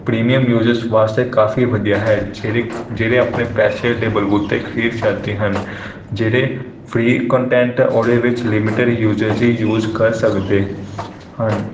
premium ਯੂਜੇਸ ਵਾਸਤੇ ਕਾਫ਼ੀ ਵਧੀਆ ਹੈ ਜਿਹੜੇ ਜਿਹੜੇ ਆਪਣੇ ਪੈਸੇ ਦੇ ਬਲਬੂਤੇ ਖਰੀਦ ਸਕਦੇ ਹਨ ਜਿਹੜੇ ਫਰੀ ਕੰਟੈਂਟ ਉਹਦੇ ਵਿੱਚ ਲਿਮਟਿਡ ਯੂਜੇਸ ਅਸੀਂ ਯੂਜ ਕਰ ਸਕਦੇ ਹਨ